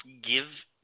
give